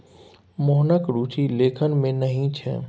मोहनक रुचि लेखन मे नहि छै